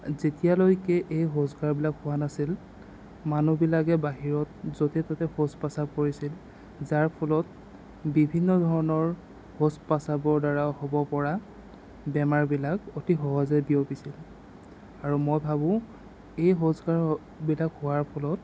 যেতিয়ালৈকে এই শৌচাগাৰবিলাক হোৱা নাছিল মানুহবিলাকে বাহিৰত য'তে ত'তে শৌচ পেচাব কৰিছিল যাৰ ফলত বিভিন্ন ধৰণৰ শৌচ পেচাবৰ দ্বাৰা হ'ব পৰা বেমাৰবিলাক অতি সহজে বিয়পিছিল আৰু মই ভাবোঁ এই শৌচাগাৰবিলাক হোৱাৰ ফলত